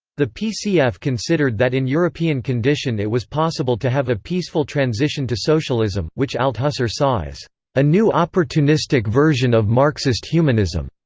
the pcf considered that in european condition it was possible to have a peaceful transition to socialism, which althusser saw as a new opportunistic version of marxist humanism.